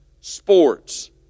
sports